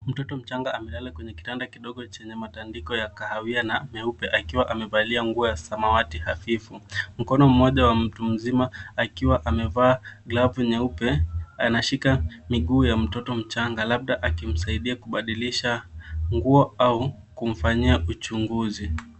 Mtoto mchanga amelala kwenye kitanda kidogo chenye matandiko ya kahawia na meupe akiwa amevalia nguo ya samawati hafifu. Mkono mmoja wa mtu mzima akiwa amevaa glavu nyeupe, anashika miguu ya mtoto mchanga labda akimsaidia kubadilisha nguo au kumfanyia uchunguzi.